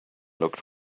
looked